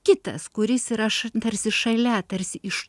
kitas kuris yra tarsi šalia tarsi iš